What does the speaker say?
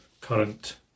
current